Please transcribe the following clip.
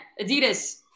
Adidas